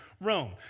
Rome